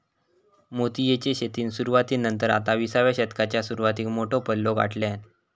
मोतीयेची शेतीन सुरवाती नंतर आता विसाव्या शतकाच्या सुरवातीक मोठो पल्लो गाठल्यान